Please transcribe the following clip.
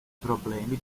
problemi